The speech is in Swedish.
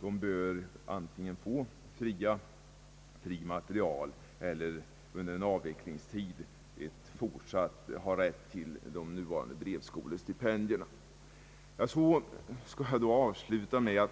De bör antingen få fri materiel eller under en avvecklingstid ha rätt till de nuvarande brevskolestipendierna. Jag skall också